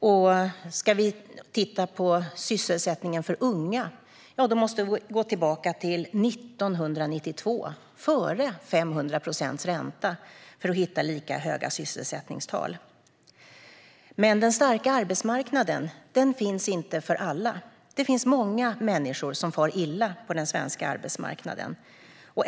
Om vi ska titta på sysselsättningen för unga måste vi gå tillbaka till 1992 - före räntan på 500 procent - för att hitta lika höga sysselsättningstal. Men den starka arbetsmarknaden finns inte för alla. Det är många människor som far illa på den svenska arbetsmarknaden.